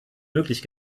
möglich